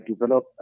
develop